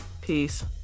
Peace